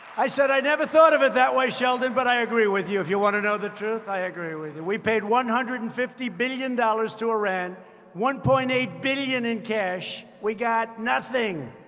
i said, i never thought of it that way, sheldon, but i agree with you. if you want to know the truth, i agree with you. and we paid one hundred and fifty billion dollars to iran one point eight billion in cash. we got nothing.